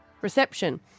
reception